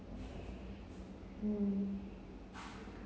mm